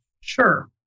Sure